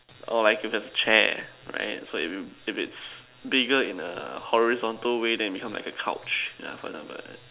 or like if you have a chair right so if if it's bigger in a horizontal way then it become like a couch yeah for example like that